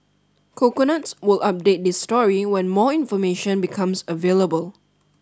coconuts will update this story when more information becomes available